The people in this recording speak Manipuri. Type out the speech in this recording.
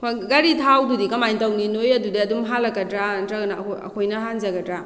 ꯍꯣꯏ ꯒꯥꯔꯤ ꯊꯥꯎꯗꯨꯗꯤ ꯀꯃꯥꯏꯅ ꯇꯧꯅꯤ ꯅꯣꯏ ꯑꯗꯨꯗꯩ ꯑꯗꯨꯝ ꯍꯥꯜꯂꯛꯀꯗ꯭ꯔꯥ ꯅꯠꯇ꯭ꯔꯒꯅ ꯑꯩꯈꯣꯏ ꯑꯩꯈꯣꯏꯅ ꯍꯥꯟꯖꯒꯗ꯭ꯔꯥ